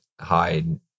hide